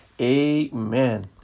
Amen